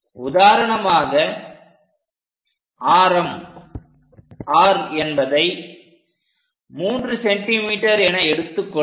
உதாரணமாக ஆரம் r என்பதை 3 சென்டிமீட்டர் என எடுத்துக் கொள்க